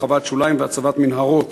הרחבת שוליים והצבת מנהרות.